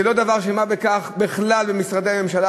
זה לא דבר של מה בכך בכלל במשרדי הממשלה,